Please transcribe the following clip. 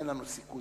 אין לנו סיכוי.